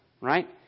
right